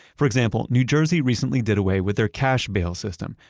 for example, new jersey recently did away with their cash bail system,